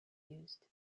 used